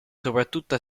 soprattutto